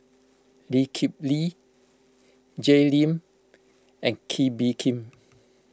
Lee Kip Lee Jay Lim and Kee Bee Khim